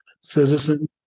citizen